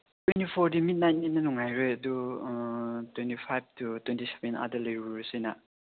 twenty forty ꯃꯤꯠ ꯅꯥꯏꯠꯅꯤꯅ ꯅꯨꯡꯉꯥꯏꯔꯣꯏ ꯑꯗꯨ twenty five to twenty seven ꯑꯥꯗ ꯂꯩꯔꯨꯔꯁꯤꯅꯥ